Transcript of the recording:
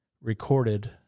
recorded